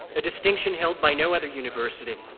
a distinction held by no other university,